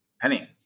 Penny